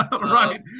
Right